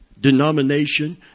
denomination